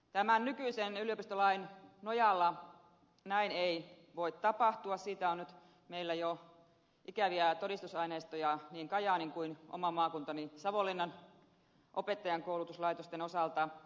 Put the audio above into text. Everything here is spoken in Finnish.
tämän nykyisen yliopistolain nojalla näin ei tapahdu siitä on meillä jo ikäviä todisteita niin kajaanin kuin oman maakuntani savonlinnan opettajankoulutuslaitosten osalta